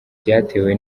byatewe